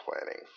planning